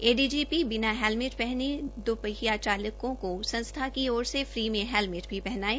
ADGP Alok Rai बिना helmet पहने दुपहिया चालकों को संस्था की ओर से फ्री में हैलमेट भी पहनाएं